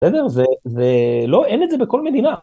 בסדר? זה... זה... לא, אין את זה בכל מדינה.